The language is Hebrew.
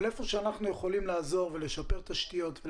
אבל היכן שאנחנו יכולים לעזור ולשפר תשתיות,